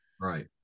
right